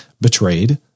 betrayed